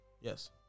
Yes